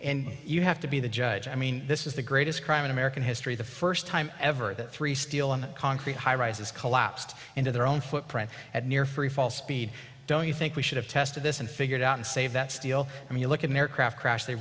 and you have to be the judge i mean this is the greatest crime in american history the first time ever that three steel and concrete high rises collapsed into their own footprint at near free fall speed don't you think we should have tested this and figured out and save that steel when you look at an aircraft crash they